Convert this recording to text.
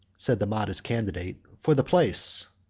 said the modest candidate, for the place.